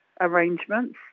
arrangements